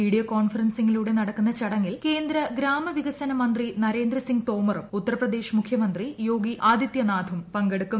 video കോൺഫറൻസിങ്ങിലൂടെ നടക്കുന്ന ചടങ്ങിൽ കേന്ദ്ര ഗ്രാമ വികസന മന്ത്രി നരേന്ദ്രസിങ് തോമറും ഉത്തർപ്രദേശ് മുഖ്യമന്ത്രി യോഗി ആദിതൃനാഥും പങ്കെടുക്കും